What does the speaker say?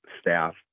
staff